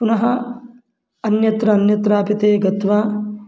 पुनः अन्यत्र अन्यत्रापि ते गत्वा